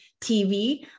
TV